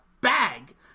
bag